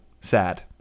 sad